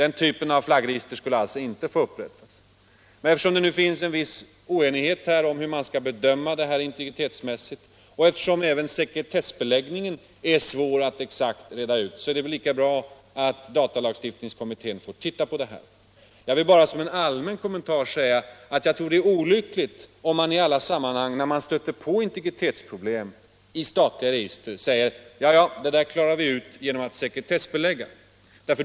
Den typen av flaggregister skulle alltså inte få upprättas. Eftersom det nu råder en viss oenighet om hur man skall bedöma flaggregistret integritetsmässigt och eftersom även sekretessbeläggningen är svår att exakt reda ut är det väl lika bra att datalagstiftningskommittén får titta på detta. Jag vill bara som en allmän kommentar säga att det är olyckligt om man i alla sammanhang, när man stöter på integritetsproblem i statliga register, säger: Det där klarar vi ut genom att sekretessbelägga.